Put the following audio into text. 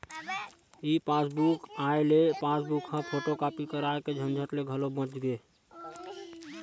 ई passbook के आए ले पासबूक ल फोटूकापी कराए के झंझट ले घलो बाच गे